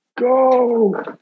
Go